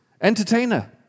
entertainer